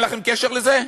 בית-יוסף, אין לכם קשר לזה?